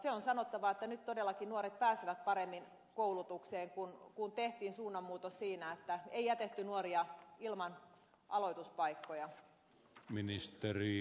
se on sanottava että nyt todellakin nuoret pääsevät paremmin koulutukseen kun tehtiin suunnanmuutos siinä että ei jätetty nuoria ilman aloituspaikkoja